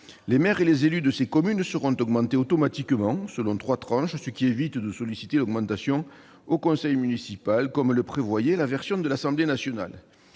Les maires et élus de ces communes seront augmentés automatiquement, selon trois tranches, ce qui évite de solliciter l'augmentation au conseil municipal comme le prévoyait la version de l'Assemblée nationale